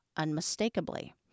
unmistakably